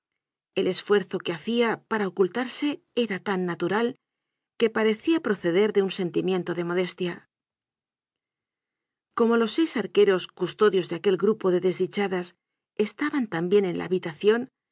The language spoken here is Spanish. el esfuerzo que hacía para ocultarse era tan natural que parecía proceder de un sentimiento de modestia como los seis arqueros custodios de aquel grupo de desdichadas estaban también en la habitación